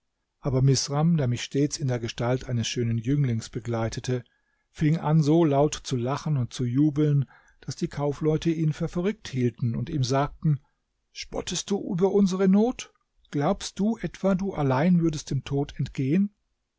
aber misram der mich stets in der gestalt eines schönen jünglings begleitete fing an so laut zu lachen und zu jubeln daß die kaufleute ihn für verrückt hielten und ihm sagten spottest du über unsere not glaubst du etwa du allein würdest dem tod entgehen